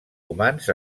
humans